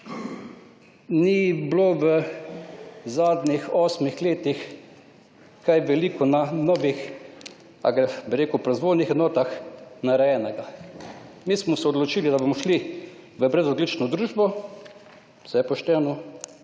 ni bilo v zadnjih osmih letih kaj veliko na novih, / nerazumljivo/, bi rekel proizvodnih enotah, narejenega. Mi smo se odločili, da bomo šli v brezogljično družbo. Saj je pošteno,